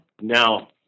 now